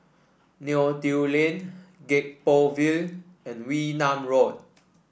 Neo Tiew Lane Gek Poh Ville and Wee Nam Road